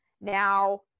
Now